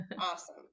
Awesome